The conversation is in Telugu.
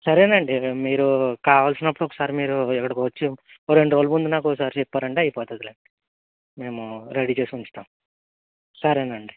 సరే ఆండీ మీరు కావలసినప్పుడు ఒకసారి మీరు ఇక్కడికి వచ్చి ఒక రెండు రోజుల ముందు నాకు ఒకసారి చెప్పారంటే అయిపోతుంది లేండి మేము రెడీ చేసి ఉంచుతాము సరే అండి